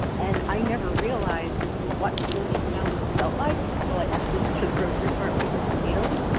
and i never realized what forty pounds felt like until i actually went to the grocery store and picked up potatoes.